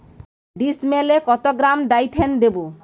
ডিস্মেলে কত gram Dithane দেবো?